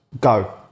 go